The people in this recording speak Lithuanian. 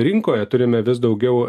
rinkoje turime vis daugiau